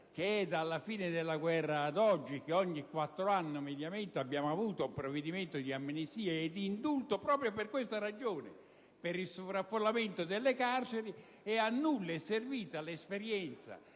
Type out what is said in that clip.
è dalla fine della guerra ad oggi che ogni quattro anni, mediamente, abbiamo avuto un provvedimento di amnistia o di indulto, proprio per questa ragione, cioè per il sovraffollamento delle carceri. A nulla è servita l'esperienza,